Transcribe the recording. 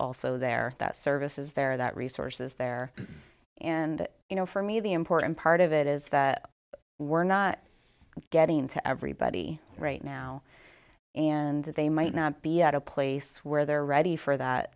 also there that service is there that resources there and you know for me the important part of it is that we're not getting to everybody right now and they might not be at a place where they're ready for that